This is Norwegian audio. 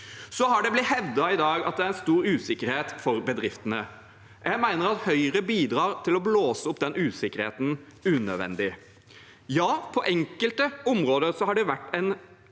Det har blitt hevdet i dag at det er stor usikkerhet for bedriftene. Jeg mener at Høyre bidrar til å blåse opp den usikkerheten unødvendig. Ja, på enkelte områder har